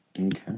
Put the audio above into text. okay